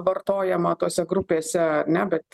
vartojamą tose grupėse ar ne bet